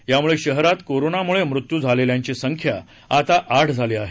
यामुळे शहरात कोरोनामुळे मृत्यू झालेल्याची संख्या आता आठ झाली आहे